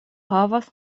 havas